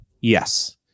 yes